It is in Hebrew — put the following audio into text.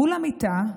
מול המיטה,